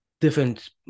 different